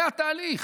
זה התהליך.